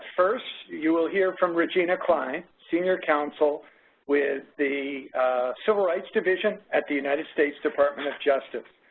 first, you will hear from regina kline, senior counsel with the civil rights division at the united states department of justice.